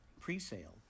pre-sale